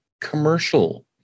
commercial